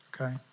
Okay